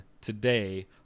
today